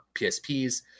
PSPs